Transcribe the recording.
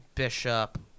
Bishop